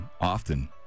Often